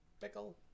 Pickle